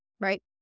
right